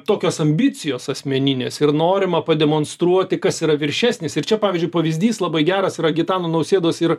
tokios ambicijos asmeninės ir norima pademonstruoti kas yra viršesnis ir čia pavyzdžiui pavyzdys labai geras yra gitano nausėdos ir